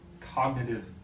cognitive